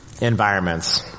environments